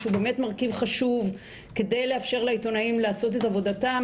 שהוא באמת מרכיב חשוב כדי לאפשר לעיתונאים לעשות את עבודתם.